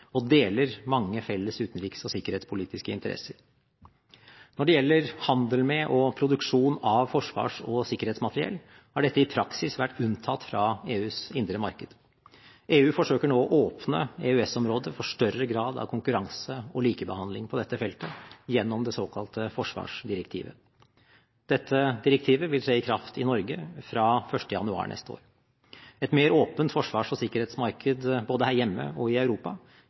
og deler mange felles utenriks- og sikkerhetspolitiske interesser. Når det gjelder handel med og produksjon av forsvars- og sikkerhetsmateriell, har dette i praksis vært unntatt fra EUs indre marked. EU forsøker nå å åpne EØS-området for større grad av konkurranse og likebehandling på dette feltet gjennom det såkalte forsvarsdirektivet. Dette direktivet vil tre i kraft i Norge fra l. januar neste år. Et mer åpent forsvars- og sikkerhetsmarked både her hjemme og i Europa